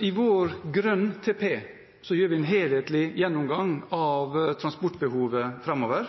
I vår grønne NTP gjør vi en helhetlig gjennomgang av transportbehovet framover,